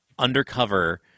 undercover